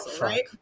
right